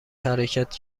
حرکت